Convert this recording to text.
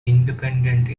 independent